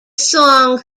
song